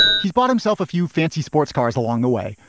he's bought himself a few fancy sports cars along the way,